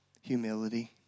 Humility